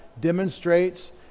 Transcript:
demonstrates